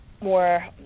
more